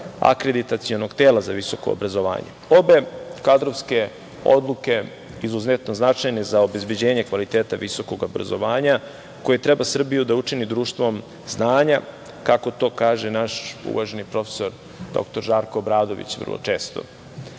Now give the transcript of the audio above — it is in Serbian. Akreditacionog tela za visoko obrazovanje. Obe kadrovske odluke izuzetno su značajne za obezbeđenje kvaliteta visokog obrazovanja koje treba Srbiju da učini društvom znanja, kako to kaže našu uvaženi profesor dr Žarko Obrodović vrlo